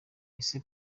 ese